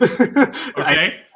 Okay